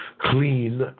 clean